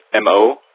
MO